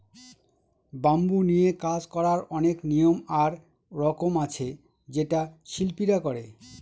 bamboo নিয়ে কাজ করার অনেক নিয়ম আর রকম আছে যেটা শিল্পীরা করে